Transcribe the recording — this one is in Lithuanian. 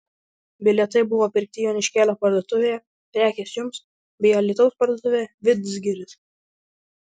bilietai buvo pirkti joniškėlio parduotuvėje prekės jums bei alytaus parduotuvėje vidzgiris